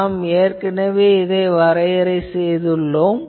நாம் இதனை ஏற்கனவே வரையறை செய்துள்ளோம்